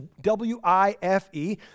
W-I-F-E